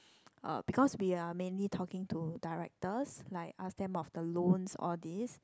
uh because we are mainly to directors like ask them of the loans all this